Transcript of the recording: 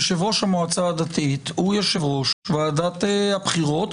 יושב-ראש המועצה הדתית הוא יושב-ראש ועדת הבחירות,